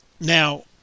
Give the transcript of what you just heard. Now